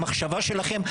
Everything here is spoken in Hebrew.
המחשבה שלכם,